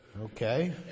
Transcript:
okay